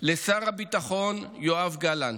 לשר הביטחון יואב גלנט,